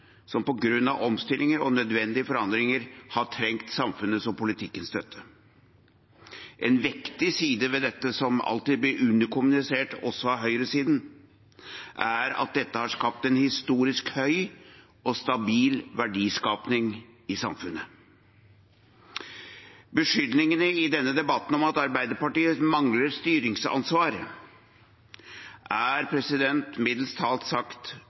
som på grunn av omstillinger og nødvendige forandringer, har trengt samfunnets og politikkens støtte. En vektig side ved dette som alltid blir underkommunisert, også av høyresiden, er at dette har skapt en historisk høy og stabil verdiskaping i samfunnet. Beskyldningene i denne debatten om at Arbeiderpartiet mangler styringsansvar, er